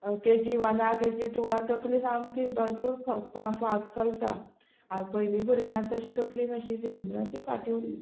K जी वानाक के जी टुवाक तकली सामकी भरपूर फाग चलता पयली भुरग्यांक तशी तकली नाशिल्ली म्हणून ती फाटी उरली